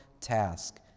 task